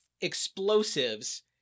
explosives